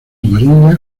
amarilla